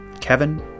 Kevin